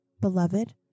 beloved